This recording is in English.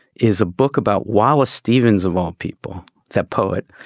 is a book about wallace stevens of all people that poet.